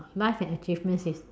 life and achievement sys~